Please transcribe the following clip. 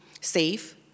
safe